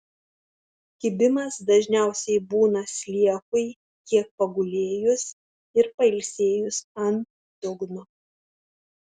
kibimas dažniausiai būna sliekui kiek pagulėjus ir pailsėjus ant dugno